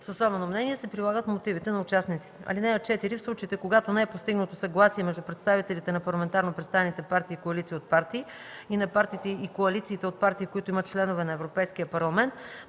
с особено мнение, се прилагат мотивите на участниците. (4) В случаите, когато не е постигнато съгласие между представителите на парламентарно представените партии и коалиции от партии и на партиите и коалициите от партии, които имат членове на Европейския парламент,